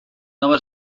nova